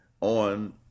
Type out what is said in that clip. on